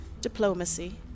Diplomacy